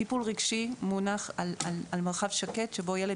טיפול רגשי מונח על מרחב שקט שבו ילד